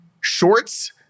shorts